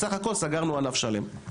סך הכל סגרנו ענף שלם.